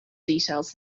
details